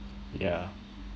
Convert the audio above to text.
yeah